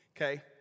Okay